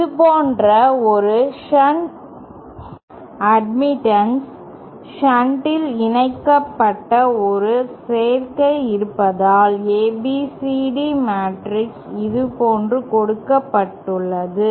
இது போன்ற ஒரு ஷன்ட் அட்மிட்டன்ஸ் ஷண்டில் இணைக்கப்பட்ட ஒரு சேர்க்கை இருந்தால் ABCD மேட்ரிக்ஸ் இதுபோன்று கொடுக்கப்பட்டுள்ளது